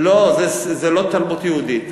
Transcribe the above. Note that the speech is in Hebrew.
לא, זה לא תרבות יהודית.